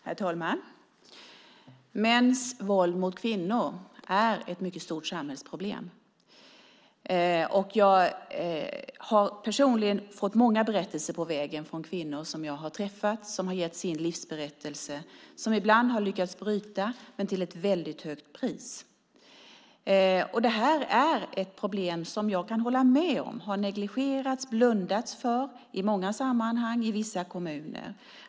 Herr talman! Mäns våld mot kvinnor är ett mycket stort samhällsproblem. Jag har personligen fått många berättelser på vägen från kvinnor som jag har träffat och som har återgett sin livsberättelse. De har ibland lyckats bryta sig loss men till ett mycket högt pris. Detta är ett problem som jag kan hålla med om har negligerats och blundats för i många sammanhang i vissa kommuner.